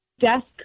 desk